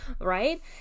right